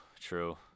true